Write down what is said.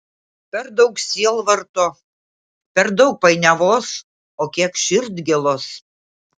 per daug sielvarto per daug painiavos o kiek širdgėlos